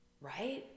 right